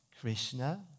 Krishna